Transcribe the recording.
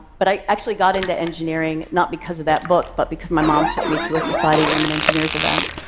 but i actually got into engineering not because of that book but because my mom took me to a society of women engineers event,